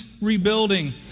rebuilding